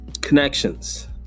connections